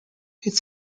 its